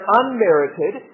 unmerited